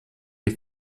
des